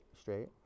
straight